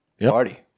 Party